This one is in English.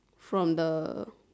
from the